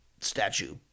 statue